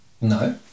No